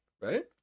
right